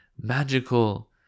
Magical